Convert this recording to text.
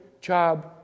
job